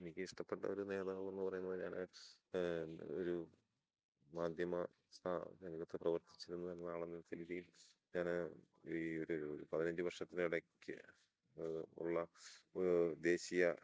എനിക്ക് ഇഷ്ടപ്പെട്ട ഒരു നേതാവെന്ന് പറയുന്നത് ഞാൻ ഒരു മാധ്യമ രംഗത്ത് പ്രവർത്തിച്ചിരുന്ന ആളെന്ന രീതിയിൽ ഞാൻ ഈ ഒരു പതിനഞ്ച് വർഷത്തിന് ഇടയ്ക്ക് ഉള്ള ദേശീയ